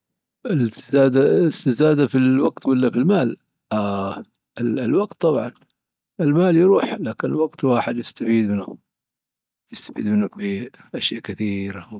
الاستزادة الاستزادة في الوقت والا في المال؟ آه، الوقت طبعا. المال يروح، لكن الوقت الواحد يسفيد منه. يستفيد منه في أشياء كثيرة.